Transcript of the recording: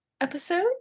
episode